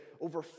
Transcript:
over